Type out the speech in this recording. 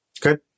Good